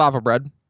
bread